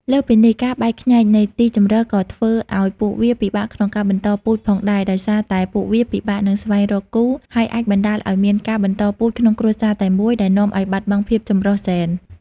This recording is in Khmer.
លើសពីនេះ ការបែកខ្ញែកនៃទីជម្រកក៏ធ្វើឲ្យពួកវា ពិបាកក្នុងការបន្តពូជ ផងដែរ ដោយសារតែពួកវាពិបាកនឹងស្វែងរកគូ ហើយអាចបណ្តាលឲ្យមានការបន្តពូជក្នុងគ្រួសារតែមួយ ដែលនាំឲ្យបាត់បង់ភាពចម្រុះហ្សែន។